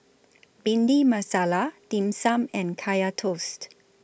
Bhindi Masala Dim Sum and Kaya Toast